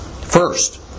First